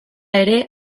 ere